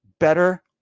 better